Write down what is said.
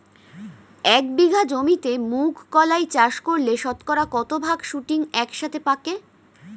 এক বিঘা জমিতে মুঘ কলাই চাষ করলে শতকরা কত ভাগ শুটিং একসাথে পাকে?